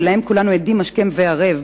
ולהם כולנו עדים השכם והערב,